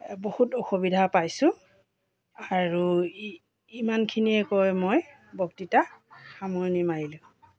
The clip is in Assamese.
বহুত অসুবিধা পাইছোঁ আৰু ইমানখিনিয়ে কৈ মই বক্তৃতা সামৰণি মাৰিলোঁ